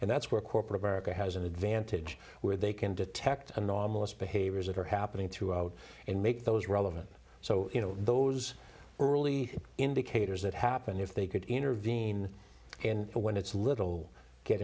and that's where corporate america has an advantage where they can detect anomalous behaviors that are happening throughout and make those relevant so you know those early indicators that happen if they could intervene and when it's a little g